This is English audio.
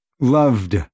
Loved